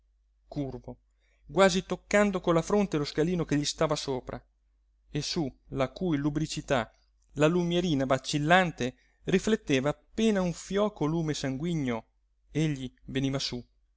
quasi toccando con la fronte lo scalino che gli stava sopra e su la cui lubricità la lumierina vacillante rifletteva appena un fioco lume sanguigno egli veniva sú